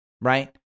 right